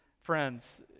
Friends